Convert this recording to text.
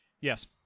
Yes